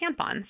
tampons